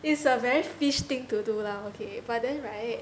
is a very fish thing to do lah okay but then right